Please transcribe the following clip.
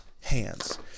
hands